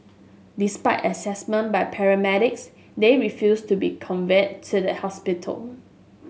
despite assessment by paramedics they refused to be conveyed to the hospital